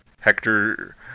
Hector